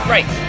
Right